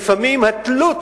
לפעמים התלות